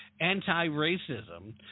anti-racism